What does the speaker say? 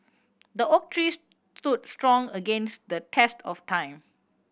the oak trees stood strong against the test of time